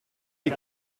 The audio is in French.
les